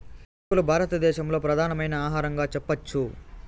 రాగులు భారత దేశంలో ప్రధానమైన ఆహారంగా చెప్పచ్చు